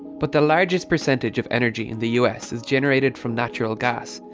but the largest percentage of energy in the us is generated from natural gas,